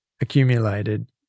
accumulated